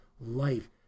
life